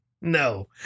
No